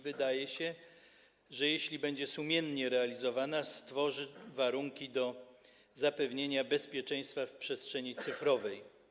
Wydaje się, że jeśli będzie sumiennie realizowana, stworzy warunki do zapewnienia bezpieczeństwa w przestrzeni cyfrowej.